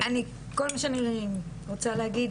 האמת היא שכל מה שאני רוצה להגיד,